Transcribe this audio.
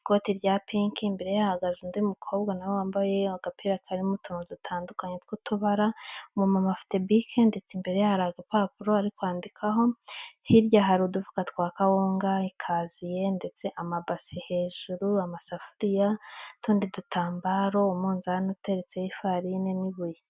ikoti rya piki, imbere ye hahagaze undi mukobwa nawe wambaye agapira karimo utuntu dutandukanye tw'utubara, umu mama afite bike ndetse imbere hari agapapuro ari kwandikaho, hirya hari udufuka twa kawunga, ikaziye ndetse n'amabasi, hejuru amasafuriya n'utundi dutambaro, umunzani uteretse, ifarine n'ibuye.